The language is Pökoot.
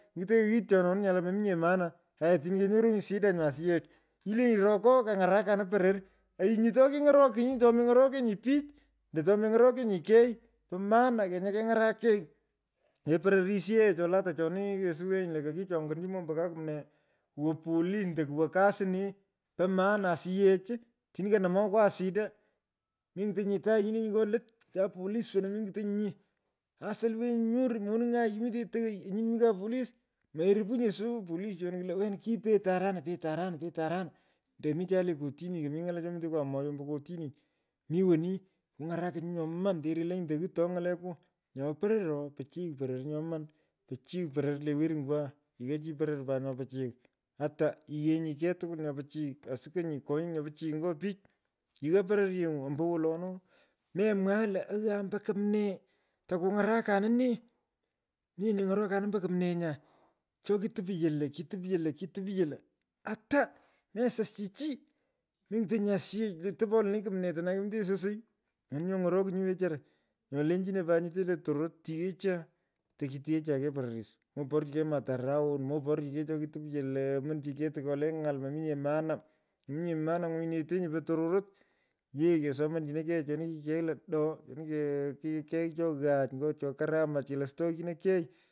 Ingutonyi ighitononi lo mominye maana aya otino kenyorunyi shida nyo asiyech ilenyi roko keng’arakanin poror ayi nyu ate kiny’orokinyi tomeny’orokenyi nye pich ando tomeny’oroknye kei. Po maana kanya keny’arak kei. Le pororis yee cho lata choni kesuwenyi lo kokichongonchi mombo kaa kumnee kuwa poly ando kuwo kasi nee. po maana asiyech otini nomokwaa shida. Menyitenyi nyee tagh nyile nyi nyo lot chan polis wono meny’tenyinye. aa solwe nyu nyoru moning’ai kimitenyi toghoi anyi mi ka polis. Merupu nyeso polis wena kulo wena kipetei orani petei urani pete arani ndo mi chu le kotini komi. ng’ala chomitekwa moyoo ombo kotini mi woni ng’ala chomitekwa moyoo ombo kotini mi woni. kuny’arakinyi nyoman te relonyi to ghito ny’aleku. Nyo poro oo. pichiy poror nyoman. pichiy poror le werumywaa. ighaa chi poror pat nyo pichiy ata ighenyi kei tukwul nyo pichiy asukenyi kinuy nyo pichiy nyo pich. Igha pororyeng’u ombowolo no memwagh lo aghan ombo kumnee tokuny’arakanin nee. nee nyini ny’orakanin ombo kumnee nyaa choki. topyo lo kitopyo lo kitopyo lo ata. mesas chi chi. meny’itenyinye asiyech lo topo lenee kumnee tonai kemitenyi sosei. nyoni nyo ny’orokinyi wechara. Nyo lechinenyi pat nyete le tororot tigheecha toketigheecha kei poros. Moporchi kei mutharaon moporchinkei cho kitopyo lo. omnichi kei tukolee ny’al. mominye maana. momunye maana ngwinetenyi potororot yee kesomon chino kei choni kikegh lo do chini ko keigh kei cho ghaach nyo cho karamach. kelostogh chihokei.